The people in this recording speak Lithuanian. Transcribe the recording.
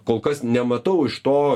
kol kas nematau iš to